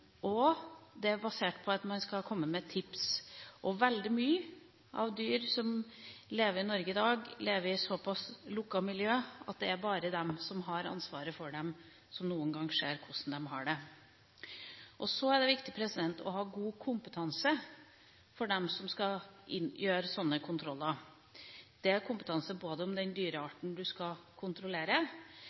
og på at man skal komme med tips. Og veldig mange dyr i Norge i dag lever i så pass lukkede miljøer at det bare er den som har ansvaret for dem, som noen gang ser hvordan de har det. Så er det viktig at de som skal gjøre sånne kontroller, har god kompetanse, både når det gjelder den dyrearten de skal kontrollere,